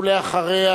ואחריה